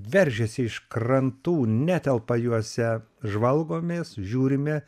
veržiasi iš krantų netelpa juose žvalgomės žiūrime